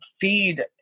feed